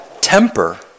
temper